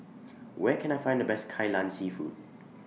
Where Can I Find The Best Kai Lan Seafood